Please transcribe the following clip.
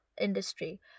industry